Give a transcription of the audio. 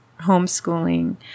homeschooling